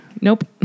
nope